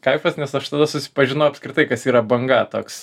kaifas nes aš tada susipažinau apskritai kas yra banga toks